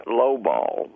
lowball